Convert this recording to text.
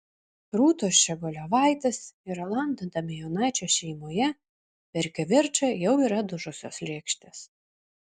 rūtos ščiogolevaitės ir rolando damijonaičio šeimoje per kivirčą jau yra dužusios lėkštės